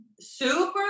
super